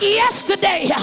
yesterday